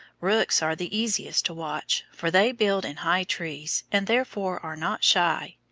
rooks are the easiest to watch, for they build in high trees, and therefore are not shy.